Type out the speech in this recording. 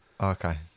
okay